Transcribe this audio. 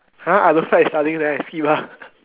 !huh! I don't feel like studying then I skip lah